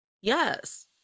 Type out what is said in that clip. yes